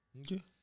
Okay